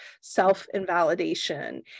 self-invalidation